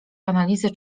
analizę